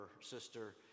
sister